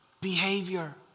behavior